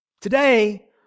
Today